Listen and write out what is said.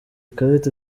karita